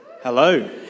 Hello